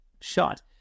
shot